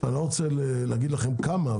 אני לא רוצה להגיד לכם כמה,